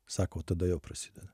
sako tada jau prasideda